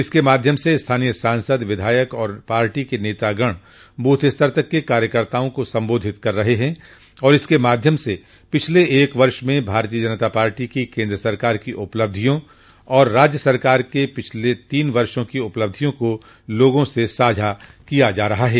इसके माध्यम से स्थानीय सांसद विधायक और पार्टी के नेतागण बूथ स्तर तक के कार्यकर्ताओं को सम्बोधित कर रहे हैं तथा इसके माध्यम से पिछले एक वर्ष में भारतीय जनता पार्टी की केन्द्र सरकार की उपलब्धियों और प्रदेश सरकार के पिछले तीन वर्षो के उपलब्धियों को लोगों से साझा किया जा रहा है